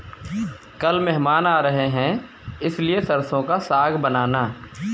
कल मेहमान आ रहे हैं इसलिए सरसों का साग बनाना